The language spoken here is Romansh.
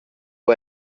hai